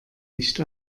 nicht